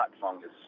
fungus